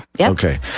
okay